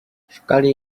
szukali